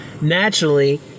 naturally